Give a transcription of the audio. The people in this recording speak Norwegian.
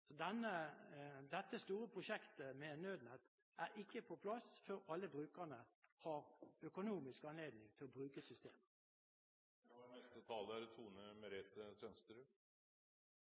Dette store prosjektet med Nødnett er ikke på plass før alle brukerne har økonomisk anledning til å bruke